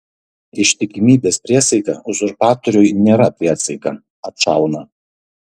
ištikimybės priesaika uzurpatoriui nėra priesaika atšauna